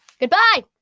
Goodbye